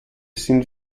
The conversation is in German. sind